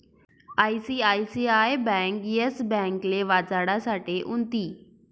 ICICI bank Yes ब्यांकले वाचाडासाठे उनथी